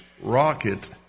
rocket